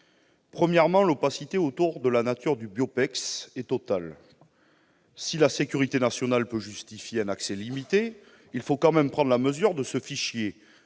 Premièrement, l'opacité autour de la nature du fichier BIOPEX est totale. Si la sécurité nationale peut justifier un accès limité, il faut quand même prendre la mesure de ce fichier